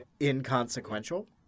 inconsequential